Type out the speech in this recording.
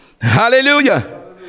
Hallelujah